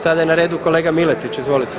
Sada je na redu kolega Miletić, izvolite.